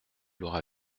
l’aura